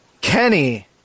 Kenny